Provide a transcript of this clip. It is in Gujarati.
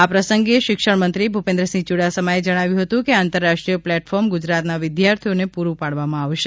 આ પ્રસંગે શિક્ષણ મંત્રી ભૂપેન્દ્રસિંહ યુડાસમાએ જણાવ્યું હતું કે આંતરરાષ્ટ્રીય પ્લેટફોર્મ ગુજરાતના વિદ્યાર્થીઓને પૂરું પાડવામાં આવશે